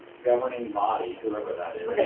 governing body whoever that is.